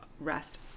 rest